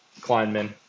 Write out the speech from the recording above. Kleinman